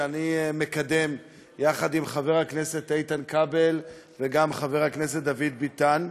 שאני מקדם יחד עם חבר הכנסת איתן כבל וגם חבר הכנסת דוד ביטן,